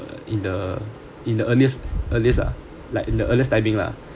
in the in the earliest earliest lah like in the earliest timing lah